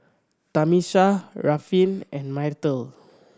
Tamisha Ruffin and Myrtle